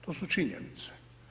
To su činjenice.